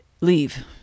Leave